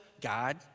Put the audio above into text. God